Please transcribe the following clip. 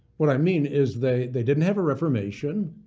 what i mean is they they didn't have a reformation,